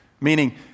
Meaning